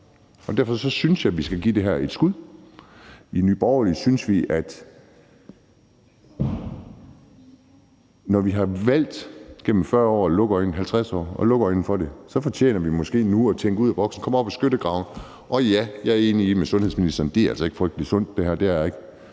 det, vi gør, ikke, og derfor synes jeg, at vi skal give det her et skud. I Nye Borgerlige synes vi, at når vi igennem 50 år har valgt at lukke øjnene for det, fortjener vi måske nu at tænke ud af boksen, komme op af skyttegravene. Ja, jeg er enig med sundhedsministeren i, at det her altså ikke er frygtelig sundt; det er det ikke.